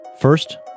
First